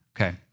Okay